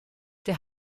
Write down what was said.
der